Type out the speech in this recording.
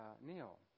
Neil